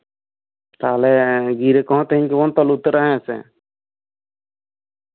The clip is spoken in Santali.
ᱛᱟᱦᱚᱞᱮ ᱜᱤᱨᱟᱹ ᱠᱚᱸᱦᱚ ᱛᱮᱦᱮᱧ ᱜᱮᱵᱚᱱ ᱛᱚᱞ ᱩᱛᱟᱹᱨᱟ ᱦᱮᱸᱥᱮ